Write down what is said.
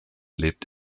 lebt